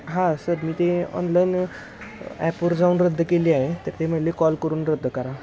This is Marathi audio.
हा सर मी ते ऑनलाईन ॲपवर जाऊन रद्द केली आहे तर ते म्हणाले कॉल करून रद्द करा